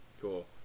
Cool